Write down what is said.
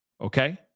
okay